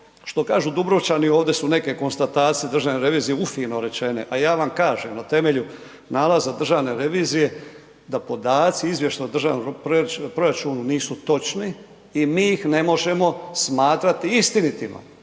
što kažu Dubrovčani, ovdje su neke konstatacije državne revizije ufino rečene, a ja vam kažem na temelju nalaza državne revizije da podaci …/Govornik se ne razumije/…državnom proračunu nisu točni i mi ih ne možemo smatrati istinitima.